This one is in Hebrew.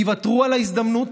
יוותרו על ההזדמנות,